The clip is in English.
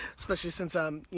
especially since i'm,